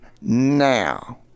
now